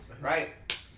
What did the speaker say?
Right